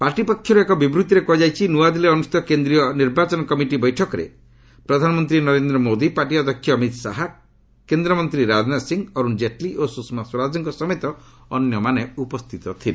party ପକ୍ଷର୍ ଏକ ବିବୃତ୍ତିରେ କୃହାଯାଇଛି ନ୍ନଆଦିଲ୍ଲୀରେ ଅନୁଷ୍ଠିତ କେନ୍ଦ୍ରୀୟ ନିର୍ବାଚନ କମିଟି ବୈଠକରେ ପ୍ରଧାନମନ୍ତ୍ରୀ ନରେନ୍ଦ୍ର ମୋଦି ପାର୍ଟି ଅଧ୍ୟକ୍ଷ ଅମିତ ଶାହା କେନ୍ଦ୍ରମନ୍ତ୍ରୀ ରାଜନାଥ ସିଂ ଅରୁଣ ଜେଟ୍ଲୀ ଓ ସୁଷମା ସ୍ୱରାଜଙ୍କ ସମେତ ଅନ୍ୟମାନେ ଉପସ୍ଥିତ ଥିଲେ